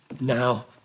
now